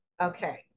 Okay